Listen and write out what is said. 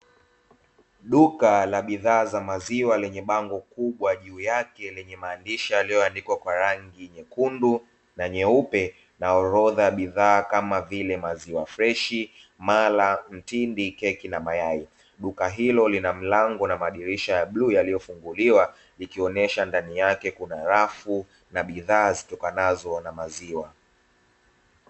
Duka la bidhaa za maziwa lenye bango kubwa juu yake lenye maandishi yaliyoandikwa kwa rangi nyekundu na nyeupe na orodha ya bidhaa kama vile maziwa freshi mara mtindi, keki, na mayai duka ilo linamlango na madirisha ya bluu yaliyofunguliwa ikionesha ndani yake kuna rafu na bidhaa zitokanazo na maziwa.